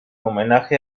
homenaje